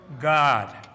God